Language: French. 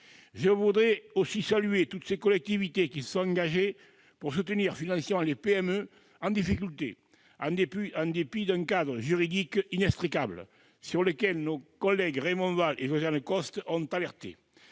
Je voudrais également saluer toutes les collectivités qui se sont engagées pour soutenir financièrement les PME en difficulté, en dépit d'un cadre juridique inextricable, sur lequel nos collègues Raymond Vall et Josiane Costes ont donné